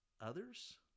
others